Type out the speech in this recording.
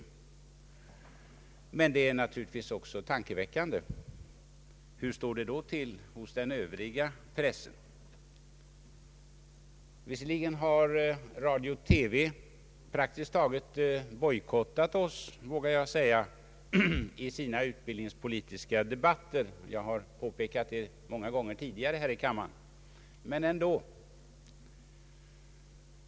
Men det är naturligtvis också tankeväckande: Hur står det då till hos den övriga pressen? Visserligen har radio och TV praktiskt taget bojkottat oss i sina utbildningspolitiska debatter, vilket jag påpekat många gånger tidigare här i kammaren, men ändå!